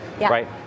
right